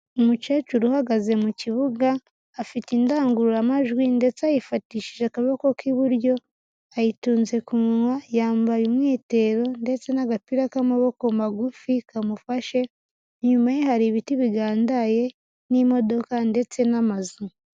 Umukecuru uhagaze mu kibuga afite indangururamajwi ndetse ayifatishije akaboko k'iburyo ayitunze ku munwa, yambaye umwitero ndetse n'agapira k'amaboko magufi kamufashe, inyuma hari ibiti bigandaye n'imodoka ndetse n'amazu.